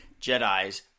Jedis